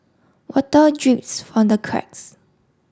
water drips from the cracks